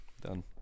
Done